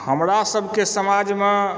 हमरासभके समाजमे